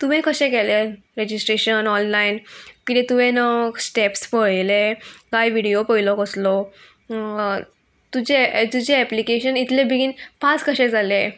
तुवें कशें केलें रेजिस्ट्रेशन ऑनलायन किदें तुवें स्टेप्स पळयलें कांय विडियो पयलो कसलो तुजें तुजें एप्लिकेशन इतलें बेगीन पास कशें जालें